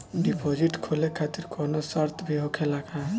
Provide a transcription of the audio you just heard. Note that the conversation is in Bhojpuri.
डिपोजिट खोले खातिर कौनो शर्त भी होखेला का?